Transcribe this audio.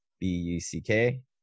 B-U-C-K